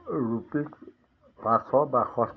rupees পাঁচশ বাষষ্ঠি